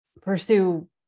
pursue